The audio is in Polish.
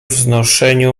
znoszeniu